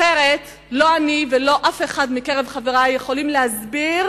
אחרת לא אני ולא אף אחד מקרב חברי יכולים להסביר